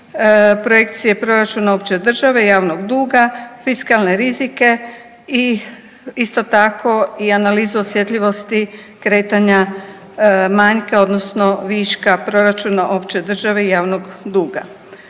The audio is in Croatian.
projekcije proračuna opće države i javnog duga, fiskalne rizike i isto tako i analizu osjetljivosti kretanja manjka odnosno viška proračuna opće države i javnog duga.